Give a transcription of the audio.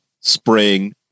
spring